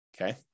okay